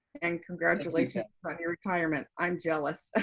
and congratulations on your retirement, i'm jealous. ah